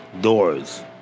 Doors